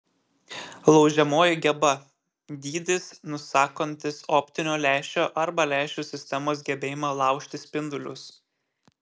laužiamoji geba dydis nusakantis optinio lęšio arba lęšių sistemos gebėjimą laužti spindulius